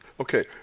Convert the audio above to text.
Okay